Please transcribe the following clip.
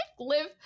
live